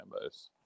base